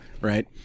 Right